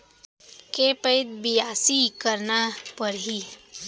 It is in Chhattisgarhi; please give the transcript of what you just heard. के पइत बियासी करना परहि?